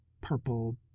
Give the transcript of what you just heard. purple